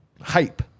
hype